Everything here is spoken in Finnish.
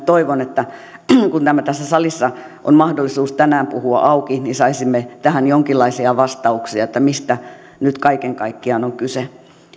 toivon että kun tässä salissa on mahdollisuus tänään puhua tämä auki niin saisimme tähän jonkinlaisia vastauksia mistä nyt kaiken kaikkiaan on kyse